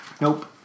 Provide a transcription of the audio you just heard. Nope